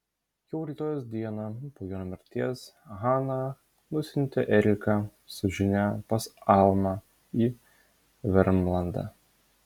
jau rytojaus dieną po jono mirties hana nusiuntė eriką su žinia pas almą į vermlandą